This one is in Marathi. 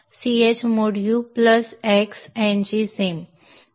ch mod u x ngsim